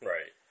Right